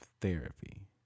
therapy